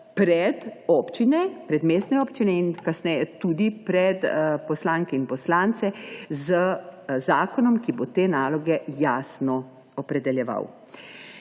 pred občine, pred mestne občine in kasneje tudi pred poslanke in poslance z zakonom, ki bo te naloge jasno opredeljeval.